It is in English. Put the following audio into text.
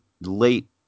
late